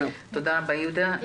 תודה רבה יהודה.